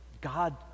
God